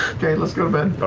okay, let's go to bed.